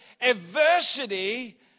adversity